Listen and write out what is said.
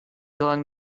going